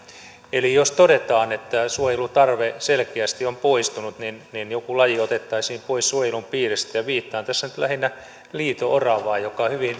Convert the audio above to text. eli jos todetaan että tämä suojelutarve selkeästi on poistunut joku laji otettaisiin pois suojelun piiristä ja viittaan tässä nyt lähinnä liito oravaan